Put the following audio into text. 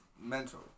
mental